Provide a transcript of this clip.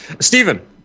Stephen